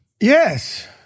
Yes